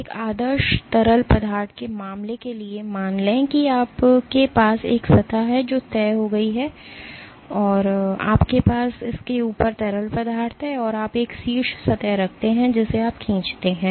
एक आदर्श तरल पदार्थ के मामले के लिए मान लें कि आपके पास एक सतह है जो तय हो गई है कि आपके पास इसके ऊपर तरल पदार्थ है और आप एक शीर्ष सतह रखते हैं जिसे आप खींचते हैं